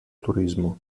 turismo